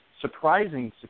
surprising